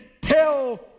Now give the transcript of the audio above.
tell